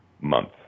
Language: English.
month